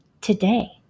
today